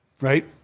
right